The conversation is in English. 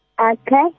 Okay